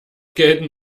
gelten